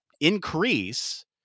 increase